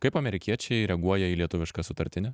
kaip amerikiečiai reaguoja į lietuvišką sutartinę